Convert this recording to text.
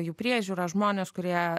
jų priežiūra žmonės kurie